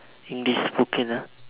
English spoken ah